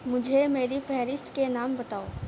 مجھے میری فہرست کے نام بتاؤ